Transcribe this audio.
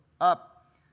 Up